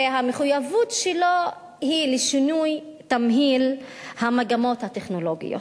והמחויבות שלו היא לשינוי תמהיל המגמות הטכנולוגיות.